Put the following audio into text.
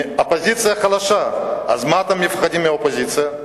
האופוזיציה חלשה, אז מה אתם מפחדים מהאופוזיציה?